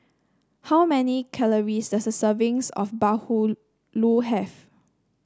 how many calories does a servings of bahulu have